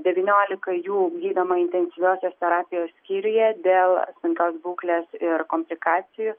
devyniolika jų gydoma intensyviosios terapijos skyriuje dėl sunkios būklės ir komplikacijų